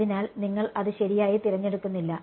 അതിനാൽ നിങ്ങൾ അത് ശരിയായി തിരഞ്ഞെടുക്കുന്നില്ല